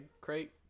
crate